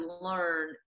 learn